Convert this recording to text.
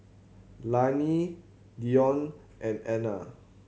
Lanie Deion and Ana